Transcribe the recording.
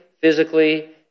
physically